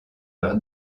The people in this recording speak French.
leur